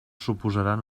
suposaran